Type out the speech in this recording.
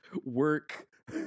work